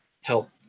help